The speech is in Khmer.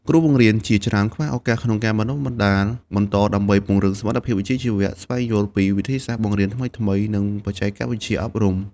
គ្រូបង្រៀនជាច្រើនខ្វះឱកាសក្នុងការបណ្តុះបណ្តាលបន្តដើម្បីពង្រឹងសមត្ថភាពវិជ្ជាជីវៈ ស្វែងយល់ពីវិធីសាស្ត្របង្រៀនថ្មីៗ និងបច្ចេកវិទ្យាអប់រំ។